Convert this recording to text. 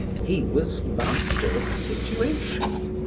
he was master of the situation!